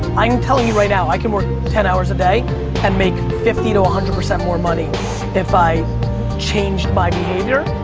i'm telling you right now i can work ten hours a day and make fifty to one hundred percent more money if i changed my behavior.